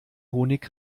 honig